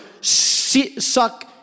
suck